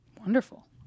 Wonderful